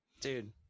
Dude